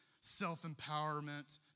self-empowerment